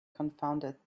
confounded